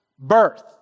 birth